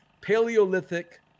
Paleolithic